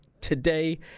today